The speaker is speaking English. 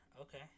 Okay